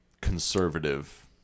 conservative